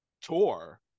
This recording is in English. tour